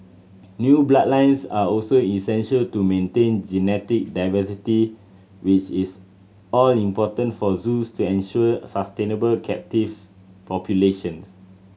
new bloodlines are also essential to maintain genetic diversity which is all important for zoos to ensure sustainable captives populations